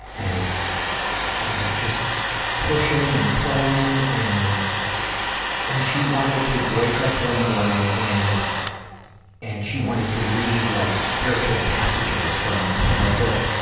and you know, just pushing and pulling and and she wanted to wake up one morning and and she wanted to read like spiritual passages from from a book.